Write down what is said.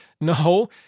No